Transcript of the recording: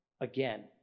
again